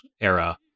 era